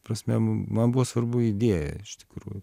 prasme man buvo svarbu idėja iš tikrųjų